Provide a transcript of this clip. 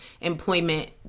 employment